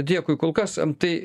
dėkui kol kas tai